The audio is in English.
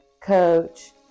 coach